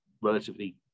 relatively